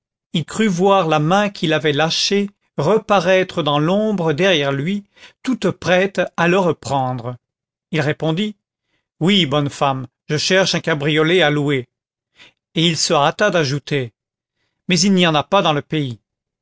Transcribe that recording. il crut voir la main qui l'avait lâché reparaître dans l'ombre derrière lui toute prête à le reprendre il répondit oui bonne femme je cherche un cabriolet à louer et il se hâta d'ajouter mais il n'y en a pas dans le pays